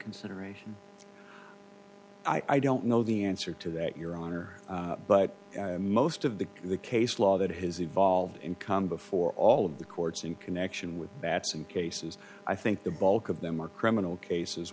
consideration i don't know the answer to that your honor but most of the the case law that has evolved in come before all of the courts in connection with bats and cases i think the bulk of them are criminal cases